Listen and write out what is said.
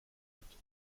gibt